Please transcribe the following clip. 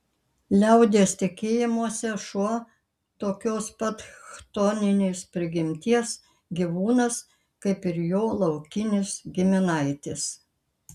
liaudies tikėjimuose šuo tokios pat chtoninės prigimties gyvūnas kaip ir jo laukinis giminaitis